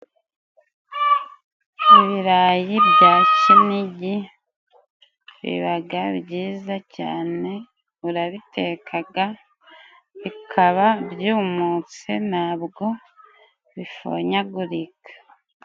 Ibirayi bya Kinigi bibaga byiza cyane, urabitekaga bikaba byumutse ntabwo bifonyagurika.